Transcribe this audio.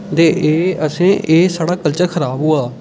ते एह् असें एह् साढ़ा कल्चर खराब होआ दा